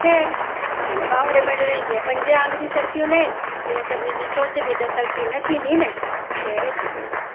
ख़ैरु हाणे भाउर भेनर जीअं पंज आङुरियूं सरखियूं न आहिनि तीअं सभिनी जी सोच बि त सरखी न थींदी न जय झूलेलाल